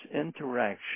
interaction